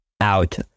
out